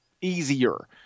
easier